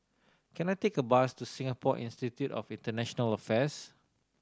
can I take a bus to Singapore Institute of International Affairs